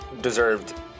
deserved